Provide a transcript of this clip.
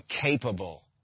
capable